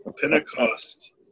Pentecost